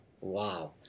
Wow